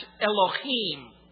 Elohim